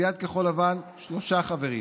לסיעת כחול לבן שלושה חברים,